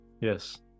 Yes